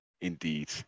Indeed